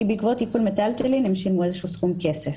כי בעקבות עיקול מיטלטלין הם שילמו איזה שהוא סכום כסף.